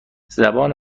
زبان